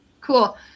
Cool